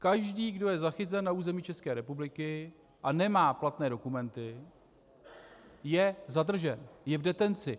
Každý, kdo je zachycen na území České republiky a nemá platné dokumenty, je zadržen, je v detenci.